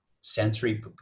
sensory